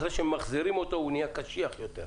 אחרי שממחזרים אותו הוא נהייה קשיח יותר.